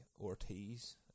Ortiz